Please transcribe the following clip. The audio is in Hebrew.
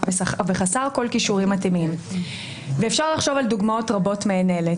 וחסר כל כישורים מתאימים ואפשר לחשוב על דוגמאות רבות מעין אלה.